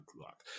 clock